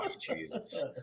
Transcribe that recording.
Jesus